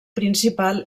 principal